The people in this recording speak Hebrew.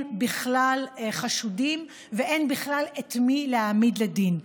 בכלל חשודים ואין בכלל את מי להעמיד לדין.